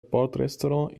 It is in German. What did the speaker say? bordrestaurant